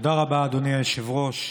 תודה רבה, אדוני היושב-ראש.